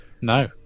No